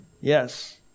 Yes